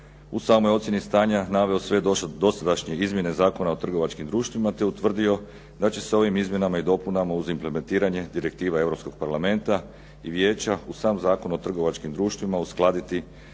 u samo ocjeni stanja naveo sve dosadašnje izmjene Zakona o trgovačkim društvima te utvrdio da će se ovim izmjenama i dopunama uz implementiranje direktiva europskog Parlamenta i Vijeća u sam Zakon o trgovačkim društvima uskladiti